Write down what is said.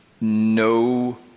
no